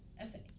essay